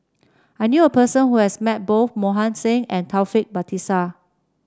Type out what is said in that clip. I knew a person who has met both Mohan Singh and Taufik Batisah